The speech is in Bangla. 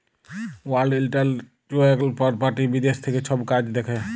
ওয়াল্ড ইলটেল্যাকচুয়াল পরপার্টি বিদ্যাশ থ্যাকে ছব কাজ দ্যাখে